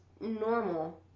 normal